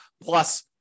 plus